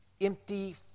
empty